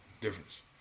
Difference